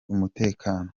mutekano